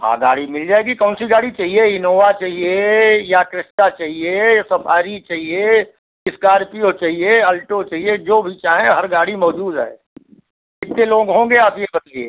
हाँ गाड़ी मिल जाएगी कौन सी गाड़ी चाहिए इनोवा चाहिए या क्रिस्टा चाहिए या सफारी चाहिए इस्कारपियो चाहिए अल्टो चाहिए जो भी चाहें हर गाड़ी मौजूद है कितने लोग होंगे आप यह बताइए